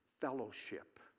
fellowship